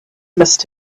must